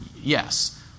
Yes